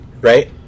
right